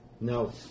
No